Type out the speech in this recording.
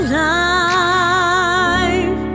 life